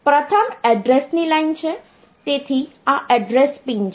તેથી પ્રથમ એડ્રેસની લાઈન છે તેથી આ એડ્રેસ પિન છે